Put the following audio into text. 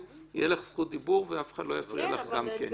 תהיה לך זכות דיבור ואף אחד לא יפריע לך גם כן.